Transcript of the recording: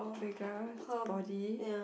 Vergara's body